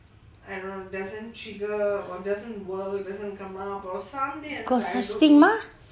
got such thing mah